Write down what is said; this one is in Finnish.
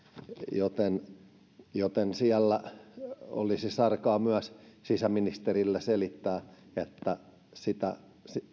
joten joten siinä olisi sarkaa myös sisäministerillä selittää sitä